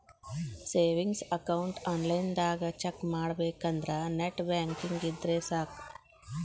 savings account ಆನ್ಲೈನ್ನ್ಯಾಗ check ಮಾಡಬೇಕಂದ್ರ net banking ಇದ್ರೆ ಸಾಕ್